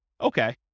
Okay